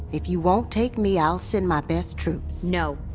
if you won't take me i'll send my best troops no,